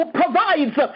provides